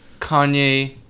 Kanye